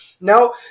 now